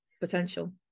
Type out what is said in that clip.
potential